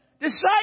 disciples